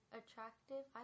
attractive